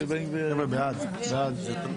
הצבעה